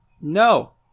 No